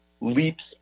leaps